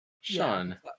Sean